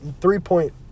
three-point